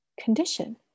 condition